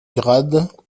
grads